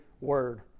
word